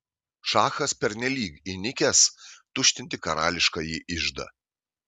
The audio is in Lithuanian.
šachas pernelyg įnikęs tuštinti karališkąjį iždą